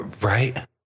right